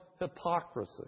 hypocrisy